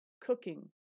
cooking